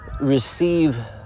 receive